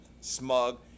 Smug